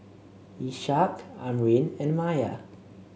Ishak Amrin and Maya